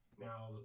now